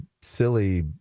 silly